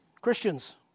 Christians